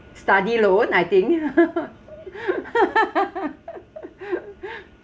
study loan I think